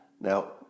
Now